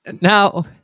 now